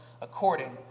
according